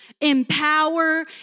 empower